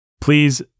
Please